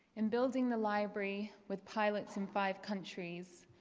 in building the library with pilots in five countries,